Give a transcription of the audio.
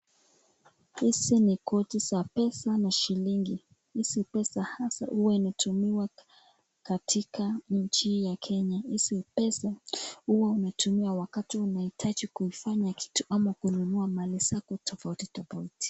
Hizi ni noti za pesa na shilingi, hizi pesa hasa huwa inatumiwa katika nchi ya kenya. Hizi pesa huwa unatumia wakati unahitaji kufanya kitu ama kununua mali zako tofauti tofauti.